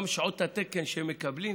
גם שעות התקן שהם מקבלים,